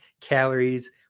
calories